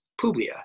publia